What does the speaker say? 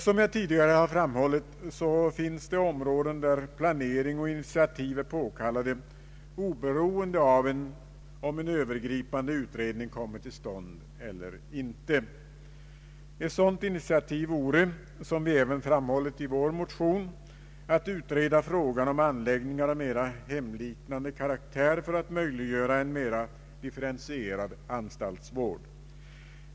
Som jag tidigare framhållit finns det områden där planering och initiativ är påkallade oberoende av om en Öövergripande utredning kommer till stånd eller ej. Ett sådant initiativ vore, som vi även framhållit i vår motion, att utreda frågan om anläggningar av mera hemliknande karaktär för att möjliggöra en mera differentierad anstaltsvård.